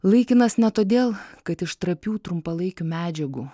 laikinas ne todėl kad iš trapių trumpalaikių medžiagų